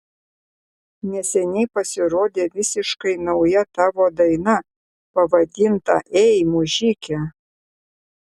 neseniai pasirodė visiškai nauja tavo daina pavadinta ei mužike